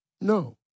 No